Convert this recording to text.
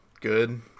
good